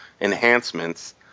enhancements